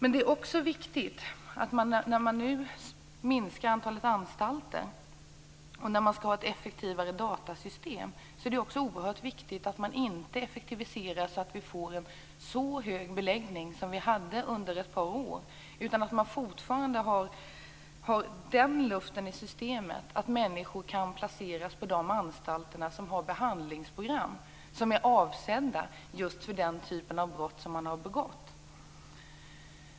När man nu minskar antalet anstalter och skall ha ett effektivare datasystem är det oerhört viktigt att inte effektivisera så att det blir en så hög beläggning som under ett par år tidigare, utan att det fortfarande finns luft i systemet så att människor kan placeras på de anstalter som har behandlingsprogram som är avsedda just för den typ av brott som de har begått.